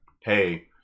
hey